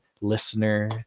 listener